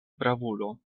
bravulo